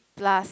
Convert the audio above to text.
plus